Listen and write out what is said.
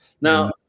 now